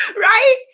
right